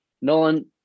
Nolan